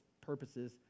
purposes